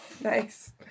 Nice